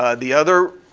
ah the other,